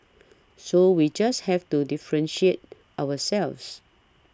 so we just have to differentiate ourselves